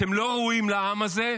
אתם לא ראויים לעם הזה.